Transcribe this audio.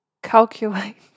Calculate